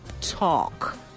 talk